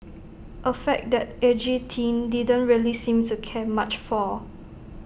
A fact that edgy teen didn't really seem to care much for